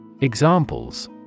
Examples